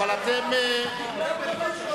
הבנתי.